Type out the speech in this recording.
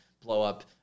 blow-up